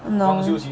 no